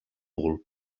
bulb